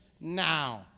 Now